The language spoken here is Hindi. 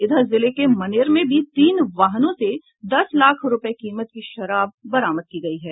इधर जिले के मनेर में भी तीन वाहनों से दस लाख रूपये कीमत की शराब बरामद की गयी है